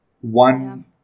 one